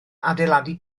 adeiladu